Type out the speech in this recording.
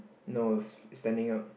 no it's standing up